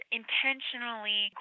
intentionally